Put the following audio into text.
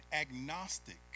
agnostic